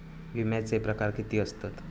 विमाचे प्रकार किती असतत?